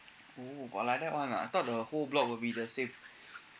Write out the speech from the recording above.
oh got like that one ah I thought the whole block will be the same